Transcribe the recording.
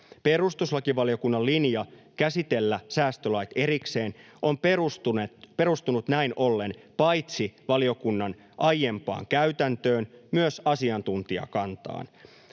Perustuslakivaliokunnan linja käsitellä säästölait erikseen on perustunut näin ollen paitsi valiokunnan aiempaan käytäntöön myös asiantuntijakantaan.